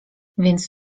więc